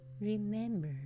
Remember